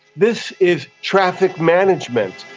this is traffic management.